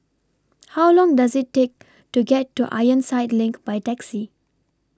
How Long Does IT Take to get to Ironside LINK By Taxi